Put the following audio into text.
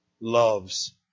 loves